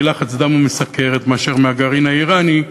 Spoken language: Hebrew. מלחץ דם ומסוכרת מאשר מהגרעין האיראני.